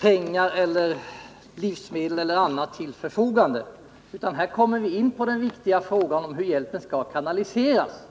pengar eller livsmedel eller annat till förfogande, utan här kommer vi in på den viktiga frågan om hur hjälpen skall kanaliseras.